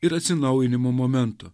ir atsinaujinimo momento